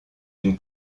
une